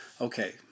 okay